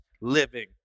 living